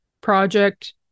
project